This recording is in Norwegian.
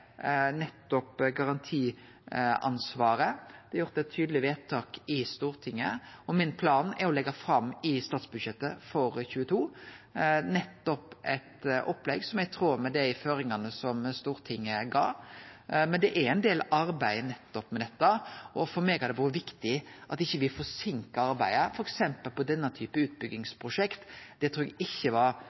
nettopp garantiansvaret. Det er gjort eit tydeleg vedtak i Stortinget. Min plan er å leggje fram eit opplegg i statsbudsjettet for 2022 som er i tråd med dei føringane Stortinget gav. Men det er ein del arbeid med dette, og for meg har det vore viktig at me ikkje forseinkar arbeidet, f.eks. på denne typen utbyggingsprosjekt. Det trur eg ikkje var